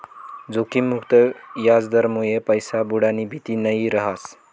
जोखिम मुक्त याजदरमुये पैसा बुडानी भीती नयी रहास